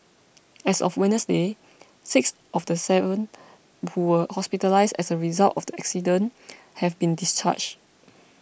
as of Wednesday six of the seven who were hospitalised as a result of the accident have been discharged